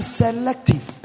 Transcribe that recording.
selective